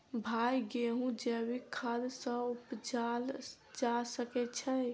भाई गेंहूँ जैविक खाद सँ उपजाल जा सकै छैय?